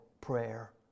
prayer